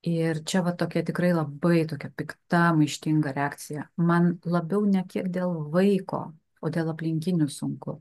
ir čia va tokia tikrai labai tokia pikta maištinga reakcija man labiau ne kiek dėl vaiko o dėl aplinkinių sunku